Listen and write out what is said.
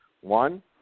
One